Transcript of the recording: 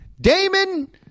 Damon